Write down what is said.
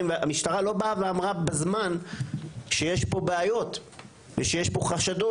והמשטרה לא באה ואמרה בזמן שיש פה בעיות ושיש פה חשדות.